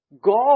God